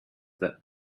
that